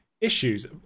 issues